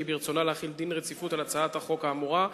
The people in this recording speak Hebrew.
כי ברצונה להחיל דין רציפות על הצעת החוק האמורה,